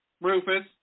Rufus